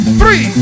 three